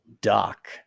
Doc